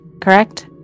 Correct